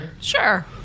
Sure